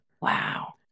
Wow